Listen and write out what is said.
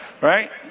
Right